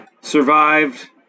survived